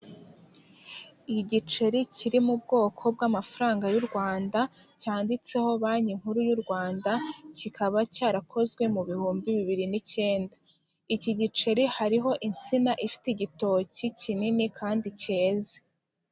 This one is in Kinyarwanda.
Igiceri kiri mu bwoko bw'amafaranga y'u Rwanda cyanditseho banki nkuru y'u Rwanda kikaba cyarakozwe mu bihumbi bibiri n'ikenda iki giceri hariho insina ifite igitoki kinini kandi cyeze.